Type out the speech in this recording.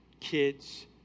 kids